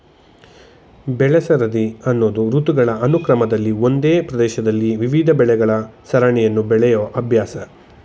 ಬೆಳೆಸರದಿ ಅನ್ನೋದು ಋತುಗಳ ಅನುಕ್ರಮದಲ್ಲಿ ಒಂದೇ ಪ್ರದೇಶದಲ್ಲಿ ವಿವಿಧ ಬೆಳೆಗಳ ಸರಣಿಯನ್ನು ಬೆಳೆಯೋ ಅಭ್ಯಾಸ